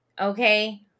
Okay